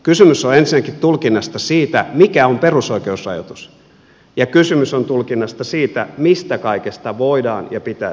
kysymys on ensinnäkin tulkinnasta siitä mikä on perusoikeusrajoitus ja kysymys on tulkinnasta siitä mistä kaikesta voidaan ja pitää säätää lailla